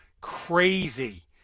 crazy